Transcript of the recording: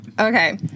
Okay